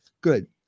Good